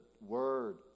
word